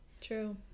True